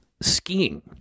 skiing